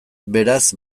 beraz